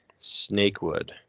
Snakewood